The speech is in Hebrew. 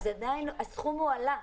עדיין הסכום עלה.